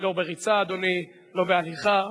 לא בריצה, אדוני, לא בהליכה.